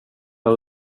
har